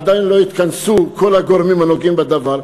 עדיין לא התכנסו כל הגורמים הנוגעים בדבר.